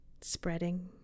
spreading